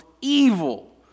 evil